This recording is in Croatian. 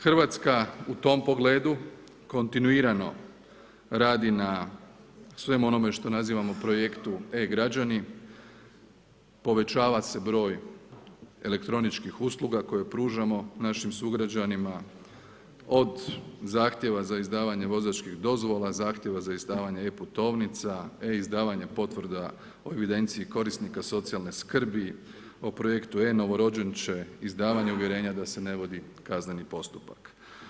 Hrvatska u tom pogledu kontinuirano radi na svemu onome što nazivamo projektu e-građani, povećava se broj elektroničkih usluga koje pružamo našim sugrađanima, od zahtjeva za izdavanje vozačkih dozvola, zahtjeva za izdavanja e-putovnica, e-izdavanje potvrda o evidenciji korisnika socijalne skrbi, o projektu e-novorođenče, izdavanje uvjerenja da se ne vodi kazneni postupak.